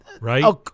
right